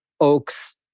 oaks